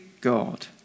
God